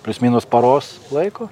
plius minus paros laiko